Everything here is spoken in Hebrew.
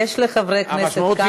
יש לחברי הכנסת כמה כלים.